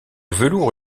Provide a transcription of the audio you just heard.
velours